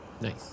Nice